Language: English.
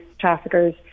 traffickers